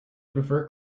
prefer